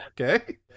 okay